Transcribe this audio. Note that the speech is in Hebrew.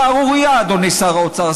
שערורייה, אדוני שר האוצר.